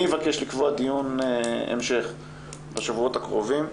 אני אבקש לקבוע דיון המשך בשבועות הקרובים.